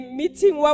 meeting